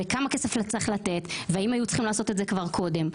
כמה כסף צריך לתת והאם היו צריכים לעשות את זה כבר קודם.